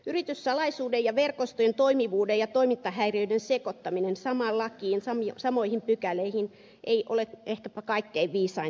yrityssalaisuuden ja verkostojen toimivuuden ja toimintahäiriöiden sekoittaminen samaan lakiin samoihin pykäliin ei ole ehkäpä kaikkein viisain teko